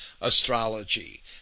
astrology